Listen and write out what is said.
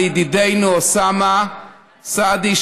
לידידנו אוסאמה סעדי,